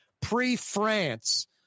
pre-France